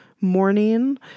morning